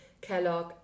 Kellogg